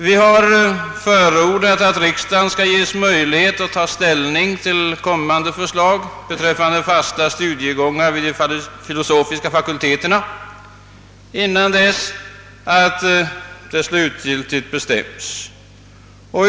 Vi har sålunda förordat att riksdagen skall ges möjlighet att ta ställning till kommande förslag beträffande fasta studiegångar vid de filosofiska fakulteterna innan dessa slutgiltigt bestäms.